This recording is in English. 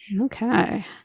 Okay